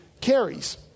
carries